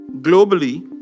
Globally